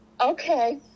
Okay